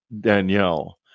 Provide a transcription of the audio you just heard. Danielle